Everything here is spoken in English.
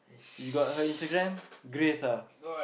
you got her Instagram Grace ah